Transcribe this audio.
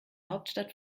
hauptstadt